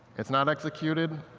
it's not executed,